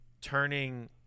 turning